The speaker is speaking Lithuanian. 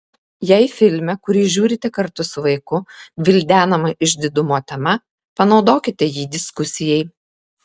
jei filme kurį žiūrite kartu su vaiku gvildenama išdidumo tema panaudokite jį diskusijai